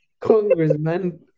Congressman